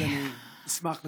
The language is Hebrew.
אשמח לשמוע.